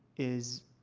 is,